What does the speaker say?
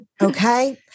Okay